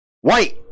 White